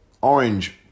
orange